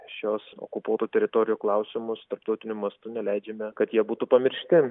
šiuos okupuotų teritorijų klausimus tarptautiniu mastu neleidžiame kad jie būtų pamiršti